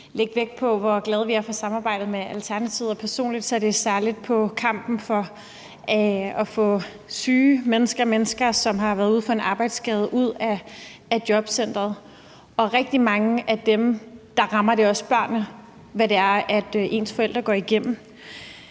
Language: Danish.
lægge vægt på, hvor glade vi er for samarbejdet med Alternativet, og personligt er det særlig i forhold til kampen for at få syge mennesker, mennesker, som har været ude for en arbejdsskade, ud af jobcenteret. Og for rigtig mange af dem rammer det også børnene, hvad forældrene går igennem.